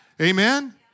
Amen